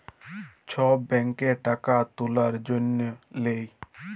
ছব ব্যাংকে টাকা তুলার জ্যনহে লেই